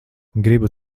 gribu